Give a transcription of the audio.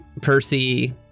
Percy